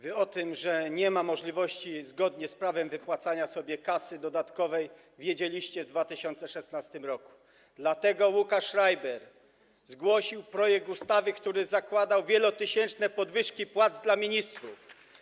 Wy o tym, że nie ma możliwości zgodnie z prawem wypłacania sobie dodatkowej kasy, wiedzieliście w 2016 r., dlatego Łukasz Schreiber zgłosił projekt ustawy, który zakładał wielotysięczne podwyżki płac dla ministrów.